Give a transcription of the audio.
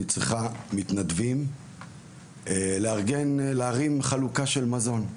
אני צריכה מתנדבים לארגן להרים חלוקה של מזון,